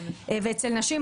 ואצל נשים,